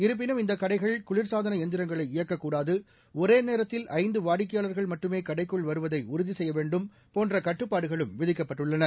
இருப்பினும் இந்தகடைகள் குளிர்சாதனஎந்திரங்களை இயக்கக்கூடாது ஒரேநேரத்தில் ஐந்துவாடிக்கையாளர்கள் மட்டுமேகடைக்குள் வருவதைஉறுதிசெய்யவேண்டும் போன்றகட்டுப்பாடுகளும் விதிக்கப்பட்டுள்ளன